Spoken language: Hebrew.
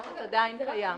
הלחץ עדיין קיים.